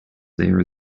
there